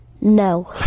No